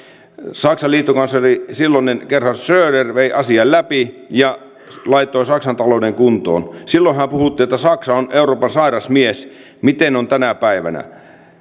saksan silloinen liittokansleri gerhard schröder vei asian läpi ja laittoi saksan talouden kuntoon silloinhan puhuttiin että saksa on euroopan sairas mies miten on tänä päivänä